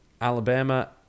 Alabama